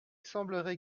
semblerait